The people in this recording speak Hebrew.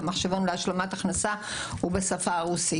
הוא ברוסית.